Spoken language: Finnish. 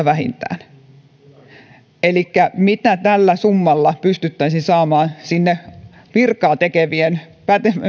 vähintään kaksisataaviisikymmentätuhatta elikkä mitä tällä summalla pystyttäisiin saamaan sinne virkaatekevien